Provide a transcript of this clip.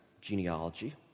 genealogy